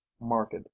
marked